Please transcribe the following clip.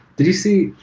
did you see?